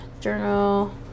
journal